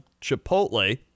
Chipotle